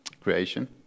creation